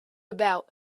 about